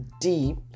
deep